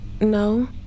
No